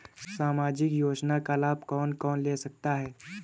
सामाजिक योजना का लाभ कौन कौन ले सकता है?